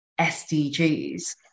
SDGs